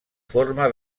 forma